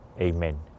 Amen